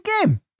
game